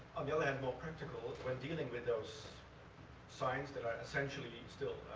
on the other hand, more practical when dealing with those signs that are essentially still